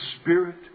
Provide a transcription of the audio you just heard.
Spirit